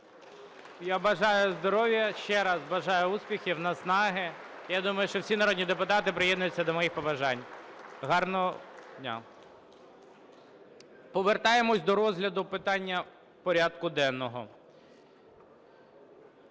Я бажаю здоров'я ще раз, бажаю успіхів, наснаги. Я думаю, що всі народні депутати приєднуються до моїх побажань. Гарного дня! Повертаємося до розгляду питання порядку денного.